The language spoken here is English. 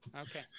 Okay